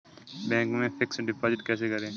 Bank में fix deposit कैसे करें?